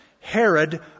Herod